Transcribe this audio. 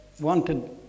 wanted